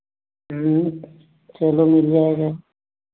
चलो मिल जाएगा